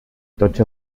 tots